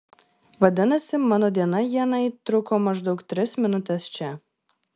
vadinasi mano diena ienai truko maždaug tris minutes čia